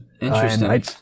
Interesting